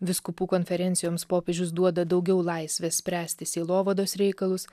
vyskupų konferencijoms popiežius duoda daugiau laisvės spręsti sielovados reikalus